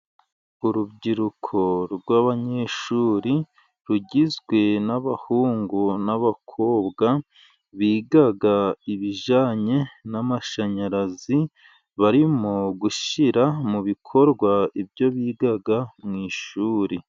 Urubyiruko rw'abanyeshuri rugizwe n'abahungu n'abakobwa, biga ibijyanye n'amashanyarazi, barimo gushyira mu bikorwa ibyo biga mu ishuri.